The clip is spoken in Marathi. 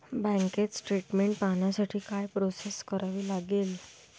बँक स्टेटमेन्ट पाहण्यासाठी काय प्रोसेस करावी लागेल?